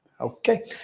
Okay